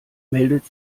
meldet